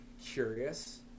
curious